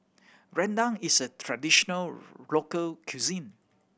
rendang is a traditional local cuisine